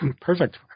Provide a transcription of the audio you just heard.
perfect